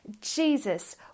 Jesus